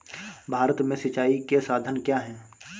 भारत में सिंचाई के साधन क्या है?